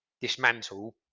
dismantle